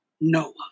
Noah